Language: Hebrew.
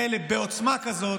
לא נכון איך שהצעתם את זה.